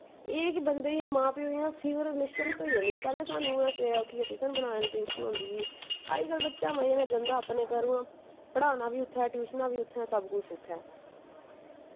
एह् जेह्के मां प्यो इयां फिकर निश्चिंत होई जंदे पैह्लैं स्हानू सवेरै उट्ठियै टिफ्पन बनाने दी टैंशन होंदी ही अजकल बच्चा मज़े नै जंदा अपने घरुआं पढ़ाना बी उत्थें टयूशनां बी उत्य़ें सब कुछ उत्थै